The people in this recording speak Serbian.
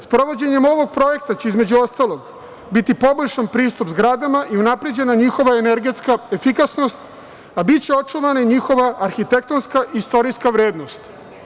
Sprovođenjem ovog projekta će, između ostalog, biti poboljšan pristup zgradama i unapređena njihova energetska efikasnost, a biće očuvana i njihova arhitektonska istorijska vrednost.